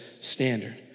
standard